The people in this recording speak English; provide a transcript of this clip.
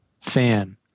fan